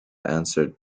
answer